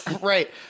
Right